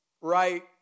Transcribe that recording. right